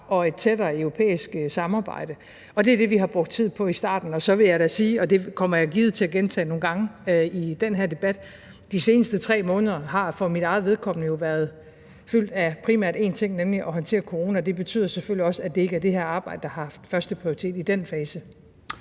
og et tættere europæisk samarbejde, og det er det, vi har brugt tid på i starten. Og så vil jeg da sige – og det kommer jeg givet til at gentage nogle gange i den her debat – at de seneste 3 måneder for mit eget vedkommende jo har været fyldt af primært en ting, nemlig at håndtere coronaen, og det betyder selvfølgelig også, at det ikke er det her arbejde, der har haft førsteprioritet i den fase.